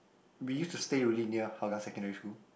we used to stay really near Hougang secondary school